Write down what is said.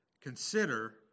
consider